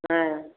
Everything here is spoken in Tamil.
ஆ